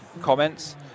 comments